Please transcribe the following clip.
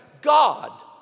God